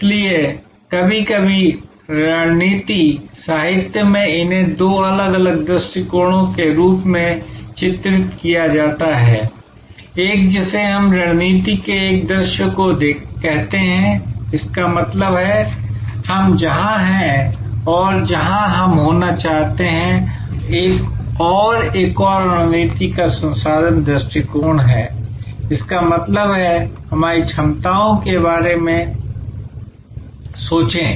इसलिए कभी कभी रणनीति साहित्य में इन्हें दो अलग अलग दृष्टिकोणों के रूप में चित्रित किया जाता है एक जिसे हम रणनीति के एक दृश्य को कहते हैं इसका मतलब है हम जहां हैं और जहां हम होना चाहते हैं और एक और रणनीति का संसाधन दृष्टिकोण है इसका मतलब है हमारी क्षमताओं के बारे में सोचें